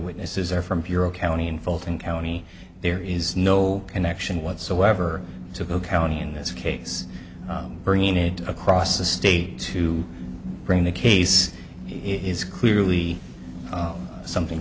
witnesses are from puro county in fulton county there is no connection whatsoever to polk county in this case bringing it across the state to bring the case is clearly something